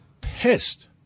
pissed